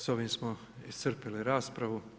Sa ovim smo iscrpili raspravu.